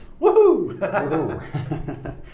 Woohoo